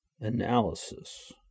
analysis